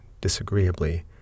disagreeably